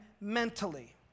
mentally